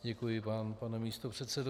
Děkuji vám, pane místopředsedo.